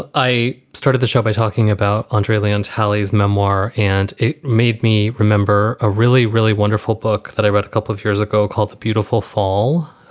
ah i started the show by talking about andre leon tally's memoir. and it made me remember a really, really wonderful book that i wrote a couple of years ago called the beautiful fall.